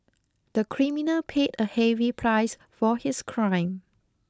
the criminal paid a heavy price for his crime